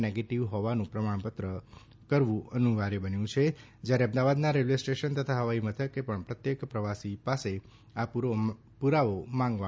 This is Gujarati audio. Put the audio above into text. નેગેટિવ હોવાનું પ્રમાણપત્ર રજ્ કરવુ અનિવાર્ય બન્યું છે જ્યારે અમદાવાદના રેલ્વે સ્ટેશન તથા હવાઈ મથકે પણ પ્રત્યેક પ્રવાસી પાસે આ પુરાવો માંગવામાં આવશે